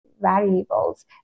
variables